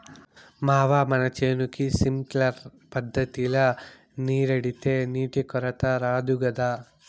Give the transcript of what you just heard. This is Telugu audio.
మావా మన చేనుకి సింక్లర్ పద్ధతిల నీరెడితే నీటి కొరత రాదు గదా